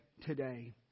today